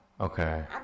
Okay